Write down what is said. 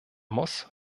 muss